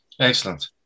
Excellent